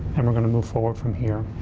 and we're going to move forward from here.